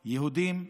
היהודים,